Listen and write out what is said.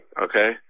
okay